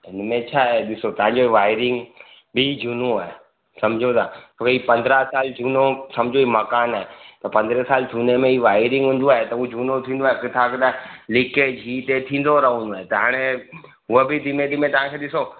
त हिन में छा आहे ॾिसो तव्हांजो वायरिंग बि झूनो आहे सम्झो उहा ई पंद्रहं साल झूनो सम्झो हीउ मकान आहे त पंद्रहं साल झूने में ई वायरिंग हूंदो आहे त उहो झूनो थींदो आहे किथां किथां लीकेज हीअ ते थींदो रहंदो आहे त हाणे त उहो बि धीमे धीमे तव्हांखे ॾिसो